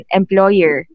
employer